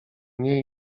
niej